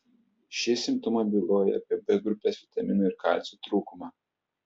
šie simptomai byloja apie b grupės vitaminų ir kalcio trūkumą